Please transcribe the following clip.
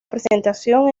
presentación